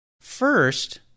first